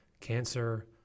Cancer